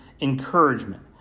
encouragement